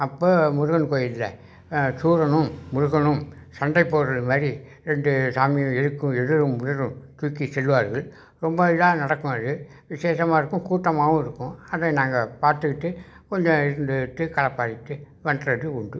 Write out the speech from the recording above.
அப்போ முருகன் கோவில்ல சூரனும் முருகனும் சண்டை போடுகிறது மாதிரி ரெண்டு சாமி எதுக்கு எதிரும் புதிரும் தூக்கி செல்வார்கள் ரொம்ப இதாக நடக்கும் அது விசேஷமா இருக்கும் கூட்டமாகவும் இருக்கும் அதை நாங்கள் பார்த்துக்கிட்டு கொஞ்சம் இருந்துட்டு களைப்பாறிட்டு வந்தது உண்டு